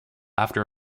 after